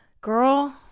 Girl